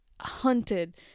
hunted